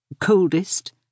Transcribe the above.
coldest